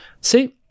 see